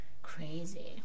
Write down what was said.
crazy